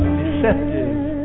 Deceptive